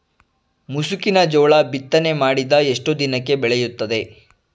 ಮುಸುಕಿನ ಜೋಳ ಬಿತ್ತನೆ ಮಾಡಿದ ಎಷ್ಟು ದಿನಕ್ಕೆ ಬೆಳೆಯುತ್ತದೆ?